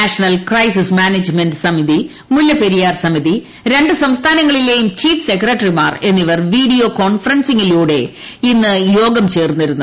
national crisis management സമിതി മുല്ലപ്പെരിയാർ സമിതി രണ്ടു സംസ്ഥാനങ്ങളിള്ലെയും ചീഫ് സെക്രട്ടറിമാർ എന്നിവർ വീഡിയോ കോൺഫ്റൻസിലൂടെ ഇന്ന് യോഗം ചേർന്നിരുന്നു